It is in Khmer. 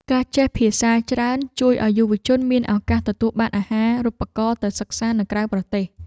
ការចេះភាសាច្រើនជួយឱ្យយុវជនមានឱកាសទទួលបានអាហារូបករណ៍ទៅសិក្សានៅក្រៅប្រទេស។